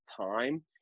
time